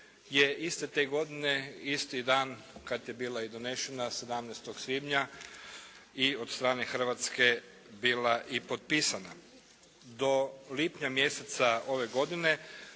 je iste te godine, isti dan kad je bila i donesena 17. svibnja i od strane Hrvatske bila i potpisana. Do lipnja mjeseca ove godine